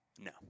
No